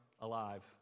alive